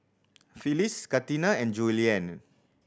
Phyliss Katina and Julianne